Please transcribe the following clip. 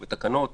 אז בתקנות.